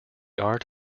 art